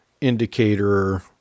indicator